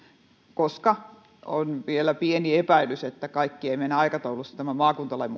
koska on vielä pieni epäilys että kaikki ei mene aikataulussa tämän maakuntalain